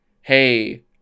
Hey